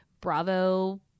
bravo